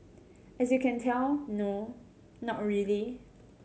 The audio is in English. as you can tell no not really